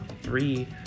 three